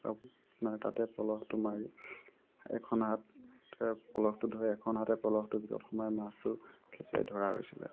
আৰু আপোনাৰ তাতে পলহটো মাৰি এখন হাতে পলহটো ধৰি এখন হাতে পলহটো ভিতৰত সোমাই মাছটো খেপিয়াই ধৰা হৈছিলে